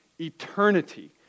eternity